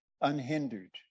unhindered